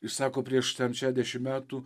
jis sako prieš šešiasdešimt metų